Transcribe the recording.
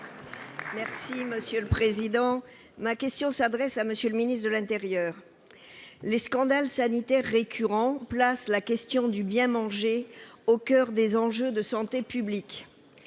et Social Européen. Ma question s'adresse à M. le ministre de l'intérieur. Les scandales sanitaires récurrents placent la question du bien manger au coeur des enjeux de santé publique.